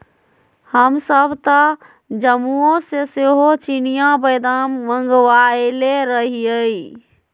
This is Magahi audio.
हमसभ तऽ जम्मूओ से सेहो चिनियाँ बेदाम मँगवएले रहीयइ